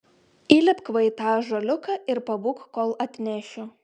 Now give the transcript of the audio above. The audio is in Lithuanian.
įlipk va į tą ąžuoliuką ir pabūk kol atnešiu